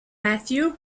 mathew